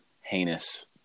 heinous